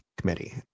committee